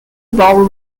bowl